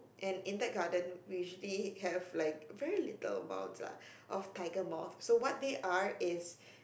and in that garden we usually have like very little amounts [lah of tiger moth so what they are is